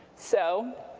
so,